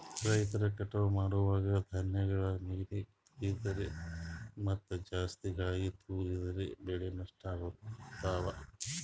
ರೈತರ್ ಕಟಾವ್ ಮಾಡುವಾಗ್ ಧಾನ್ಯಗಳ್ ಮ್ಯಾಲ್ ತುಳಿದ್ರ ಮತ್ತಾ ಜಾಸ್ತಿ ಗಾಳಿಗ್ ತೂರಿದ್ರ ಬೆಳೆ ನಷ್ಟ್ ಆಗ್ತವಾ